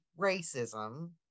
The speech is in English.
racism